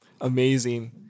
Amazing